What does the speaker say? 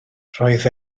roedd